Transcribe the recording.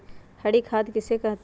हरी खाद किसे कहते हैं?